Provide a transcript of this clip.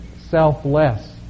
selfless